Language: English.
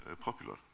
popular